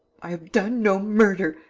i have done no murder.